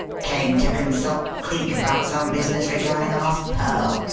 came to consult cleek about some business regarding a lost pearl,